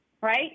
right